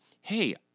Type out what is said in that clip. hey